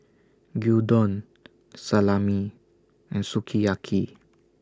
Gyudon Salami and Sukiyaki